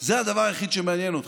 זה הדבר היחיד שמעניין אותך,